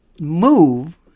move